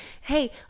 Hey